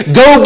go